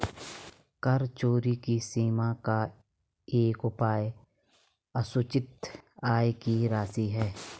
कर चोरी की सीमा का एक उपाय असूचित आय की राशि है